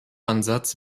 ansatz